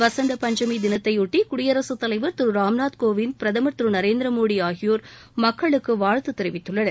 வசந்த பஞசமி தினத்தையொட்டி குடியரசுத் தலைவர் திரு ராம்நாத் கோவிந்த் பிரதமர் திரு நரேந்திரமோடி ஆகியோர் மக்களுக்கு வாழ்த்து தெரிவித்துள்ளனர்